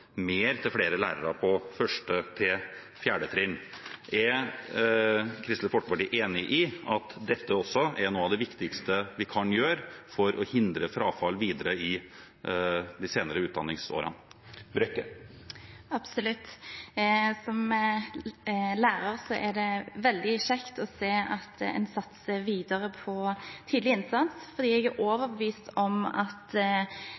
mer til flere lærere på første til fjerde trinn. Er Kristelig Folkeparti enig i at dette også er noe av det viktigste vi kan gjøre for å hindre frafall videre i de senere utdanningsårene? Absolutt. Som lærer er det veldig kjekt å se at en satser videre på tidlig innsats, for jeg er overbevist om at